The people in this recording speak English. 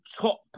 top